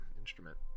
instrument